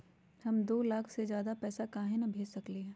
हम दो लाख से ज्यादा पैसा काहे न भेज सकली ह?